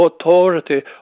authority